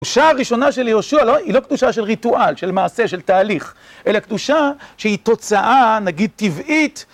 הקדושה הראשונה של יהושע היא לא קדושה של ריטואל, של מעשה, של תהליך, אלא קדושה שהיא תוצאה נגיד טבעית.